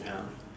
ya